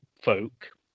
folk